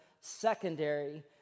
secondary